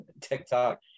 TikTok